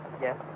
Yes